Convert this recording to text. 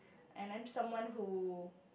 and I'm someone who